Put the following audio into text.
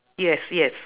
yes yes